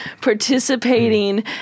participating